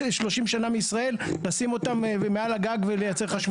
30 שנה מישראל ולשים אותם מעל הגג ולייצר חשמל.